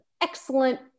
excellent